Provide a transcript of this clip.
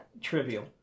trivial